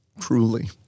truly